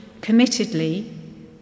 committedly